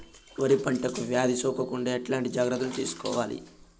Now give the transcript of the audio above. వరి పంటకు వ్యాధి సోకకుండా ఎట్లాంటి జాగ్రత్తలు తీసుకోవాలి?